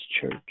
church